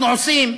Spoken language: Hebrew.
אנחנו עושים,